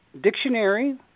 Dictionary